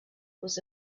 was